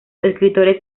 escritores